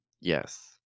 Yes